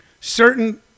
certain